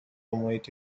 محیط